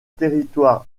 territoire